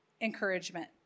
encouragement